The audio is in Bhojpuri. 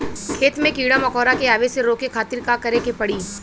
खेत मे कीड़ा मकोरा के आवे से रोके खातिर का करे के पड़ी?